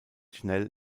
schnell